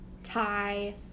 Thai